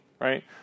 right